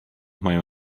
mają